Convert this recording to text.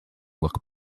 look